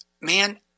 man